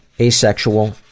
Asexual